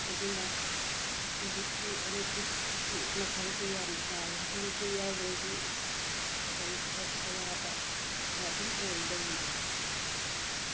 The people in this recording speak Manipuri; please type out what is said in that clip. ꯑꯗꯨꯅ ꯍꯧꯖꯤꯛꯇꯤ ꯏꯂꯦꯛꯇ꯭ꯔꯤꯛꯀꯤ ꯃꯊꯧꯁꯤ ꯌꯥꯝ ꯇꯥꯏ ꯏꯂꯦꯛꯇ꯭ꯔꯤꯛ ꯌꯥꯎꯗ꯭ꯔꯗꯤ ꯑꯩꯈꯣꯏꯁꯤ ꯑꯋꯥꯕ ꯑꯃ ꯑꯗꯨꯝ ꯑꯣꯏꯒꯗꯧꯔꯤꯅꯤ